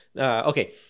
Okay